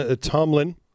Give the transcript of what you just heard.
Tomlin